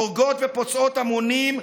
הורגות ופוצעות המונים,